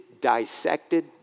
dissected